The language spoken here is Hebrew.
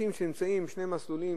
כבישים עם שני מסלולים,